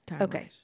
okay